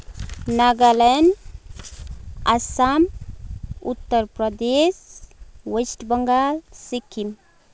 Nagaland Assam Uttar Pradesh west Bengal Sikkim